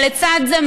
אבל לצד זה,